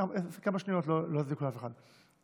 כמה שניות לא יזיקו לאף אחד.